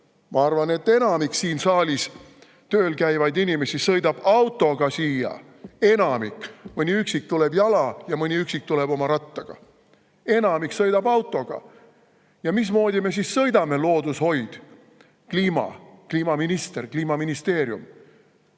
Ma arvan, et enamik siin saalis tööl käivaid inimesi sõidab siia autoga. Enamik! Mõni üksik tuleb jala ja mõni üksik tuleb rattaga. Enamik sõidab autoga! Ja mismoodi me sõidame – loodushoid, kliima, kliimaminister, Kliimaministeerium?